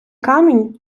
камінь